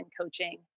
coaching